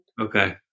Okay